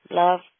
love